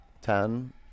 Ten